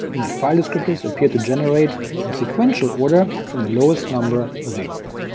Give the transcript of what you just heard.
and that file descriptors appear to generate in sequential order from the lowest number available.